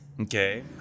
Okay